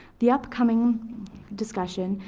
the upcoming discussion,